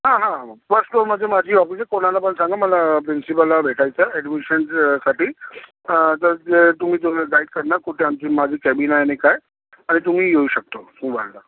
हां हां फर्स्ट फ्लोरमध्ये माझी ऑफिस आहे कोणाला पण सांगा मला प्रिन्सिपलला भेटायचं आहे ॲडमिशनसाठी तर ते गाईड करणार कुठे आमची माझी केबिन आहे न काय आणि तुम्ही येऊ शकता